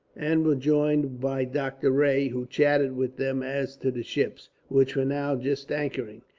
and were joined by doctor rae, who chatted with them as to the ships, which were now just anchoring.